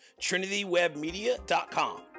trinitywebmedia.com